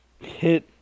hit